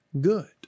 good